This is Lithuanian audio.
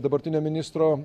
dabartinio ministro